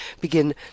begin